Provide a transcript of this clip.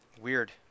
Weird